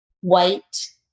white